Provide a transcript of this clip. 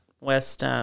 West